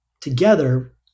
together